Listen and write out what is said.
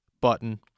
Button